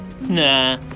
Nah